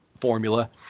formula